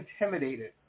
intimidated